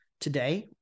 today